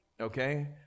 Okay